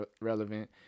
relevant